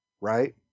right